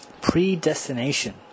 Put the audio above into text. Predestination